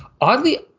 Oddly